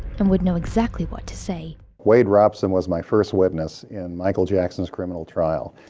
and would know exactly what to say. wade robson was my first witness in michael jackson's criminal trial.